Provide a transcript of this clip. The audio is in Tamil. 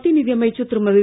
மத்திய நிதி அமைச்சர் திருமதி